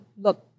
look